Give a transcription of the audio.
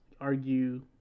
argue